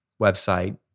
website